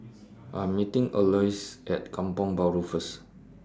I'm meeting Alois At Kampong Bahru First